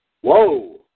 Whoa